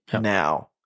now